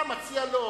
אתה מציע לו.